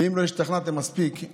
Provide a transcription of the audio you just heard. ואם לא השתכנעתם מספיק,